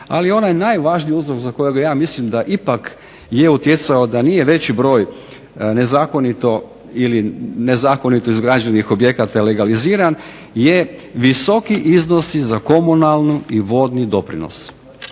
Ali onaj najvažniji uzrok za kojega ja mislim da ipak je utjecao da nije veći broj nezakonito ili nezakonito izgrađenih objekata legaliziran je visoki iznosi za komunalni i vodni doprinos.